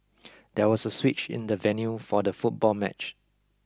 there was a switch in the venue for the football match